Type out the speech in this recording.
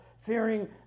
fearing